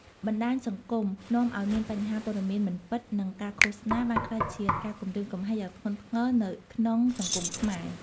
បណ្តាញសង្គមនាំឲ្យមានបញ្ហា ព័ត៌មានមិនពិត និង ការឃោសនា បានក្លាយជាការគំរាមកំហែងយ៉ាងធ្ងន់ធ្ងរនៅក្នុងសង្គមខ្មែរ។